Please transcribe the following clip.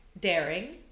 daring